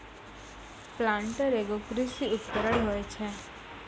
planter एगो कृषि उपकरण होय छै